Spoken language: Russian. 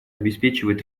обеспечивать